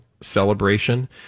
celebration